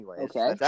Okay